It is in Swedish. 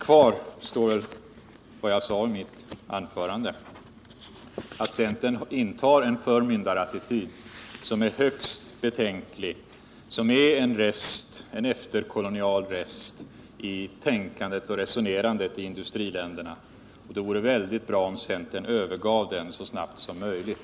Kvar står vad jag sade i mitt första anförande: Centern intar en förmyndarattityd som är högst betänklig och som är en efterkolonial rest i tänkandet och resonerandet i i-länderna. Det vore väldigt bra om centern övergav den så snabbt som möjligt.